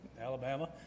Alabama